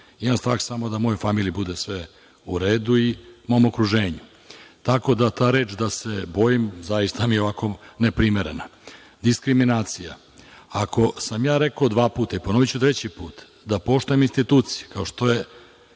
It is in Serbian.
Imam strah samo da mojoj familiji bude sve uredu i mom okruženju. Ta reč da se bojim zaista mi je ovako ne primerena. Diskriminacija, ako sam ja rekao dva puta, ponoviću i treći put, da poštujem institucije, kao što je